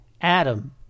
Adam